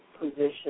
position